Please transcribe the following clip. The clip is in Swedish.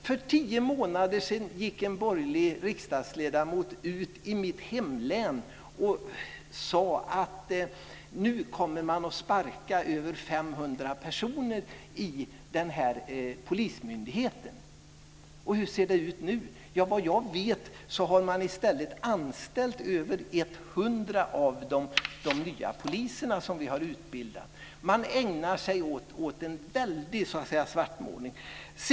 För tio månader gick en borgerlig riksdagsledamot ut i mitt hemlän och sade: Nu kommer man att sparka över 500 personer i polismyndigheten. Hur ser det ut nu? Såvitt jag vet har man i stället anställt över 100 av de nya poliser som vi har utbildat. Man ägnar sig åt en väldig svartmålning.